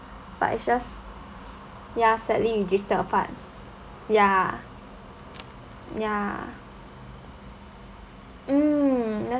but it just ya sadly we drifted apart ya ya mm